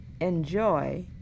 enjoy